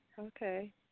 Okay